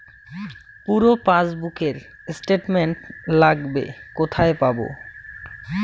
পুরো পাসবুকের স্টেটমেন্ট লাগবে কোথায় পাব?